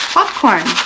Popcorn